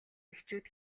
эхчүүд